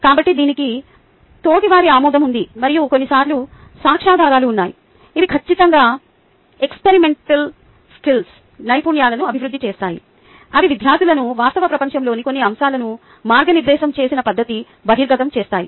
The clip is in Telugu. కాబట్టి దీనికి తోటివారి ఆమోదం ఉంది మరియు కొన్ని సార్లు సాక్ష్య ఆధారాలు ఉన్నాయి అవి ఖచ్చితంగా ఎక్స్పెరిమెంటల్ స్కిల్స్ నైపుణ్యాలను అభివృద్ధి చేస్తాయి అవి విద్యార్థులను వాస్తవ ప్రపంచంలోని కొన్ని అంశాలకు మార్గనిర్దేశం చేసిన పద్ధతిలో బహిర్గతం చేస్తాయి